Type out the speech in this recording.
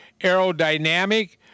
aerodynamic